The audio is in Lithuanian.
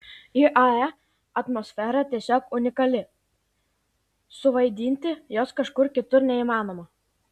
iae atmosfera tiesiog unikali suvaidinti jos kažkur kitur neįmanoma